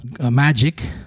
magic